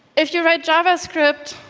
if you write javascript,